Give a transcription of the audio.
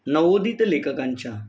नवोदित लेखकांच्या